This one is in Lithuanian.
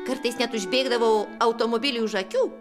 kartais net užbėgdavau automobiliui už akių